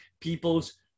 people's